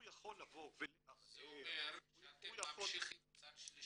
הוא יכול לבוא ולהבהיר --- זה אומר שאתם ממשיכים צד שלישי?